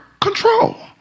control